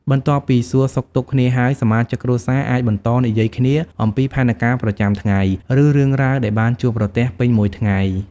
បន្ទាប់ពីសួរសុខទុក្ខគ្នាហើយ សមាជិកគ្រួសារអាចបន្តនិយាយគ្នាអំពីផែនការប្រចាំថ្ងៃ ឬរឿងរ៉ាវដែលបានជួបប្រទះពេញមួយថ្ងៃ។